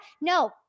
No